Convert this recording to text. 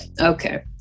Okay